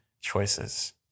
choices